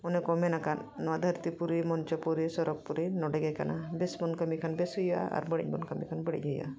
ᱚᱱᱮ ᱠᱚ ᱢᱮᱱ ᱟᱠᱟᱫ ᱱᱚᱣᱟ ᱫᱷᱟᱹᱨᱛᱤᱯᱩᱨᱤ ᱢᱚᱧᱪᱚᱯᱩᱨᱤ ᱥᱚᱨᱚᱜᱽ ᱯᱩᱨᱤ ᱱᱚᱰᱮ ᱜᱮ ᱠᱟᱱᱟ ᱵᱮᱥ ᱵᱚᱱ ᱠᱟᱹᱢᱤ ᱠᱷᱚᱱ ᱵᱮᱥ ᱦᱩᱭᱩᱜᱼᱟ ᱟᱨ ᱵᱟᱹᱲᱤᱡ ᱵᱚᱱ ᱠᱟᱹᱢᱤ ᱠᱷᱚᱱ ᱵᱟᱹᱲᱤᱡ ᱦᱩᱭᱩᱜᱼᱟ